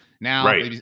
Now